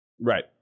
Right